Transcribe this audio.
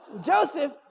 Joseph